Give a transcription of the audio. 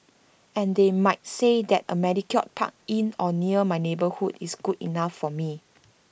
and they might say that A manicured park in or near my neighbourhood is good enough for me